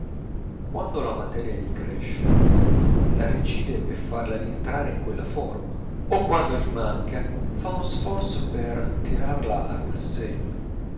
quando la materia gli cresce la recide per farla rientrare in quella forma o quando gli manca fa un sforzo per tirarla a quel segno